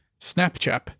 Snapchat